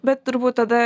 bet turbūt tada